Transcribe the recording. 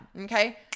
Okay